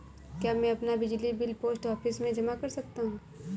क्या मैं अपना बिजली बिल पोस्ट ऑफिस में जमा कर सकता हूँ?